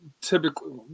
typically